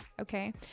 okay